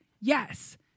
Yes